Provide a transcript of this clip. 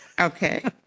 Okay